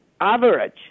average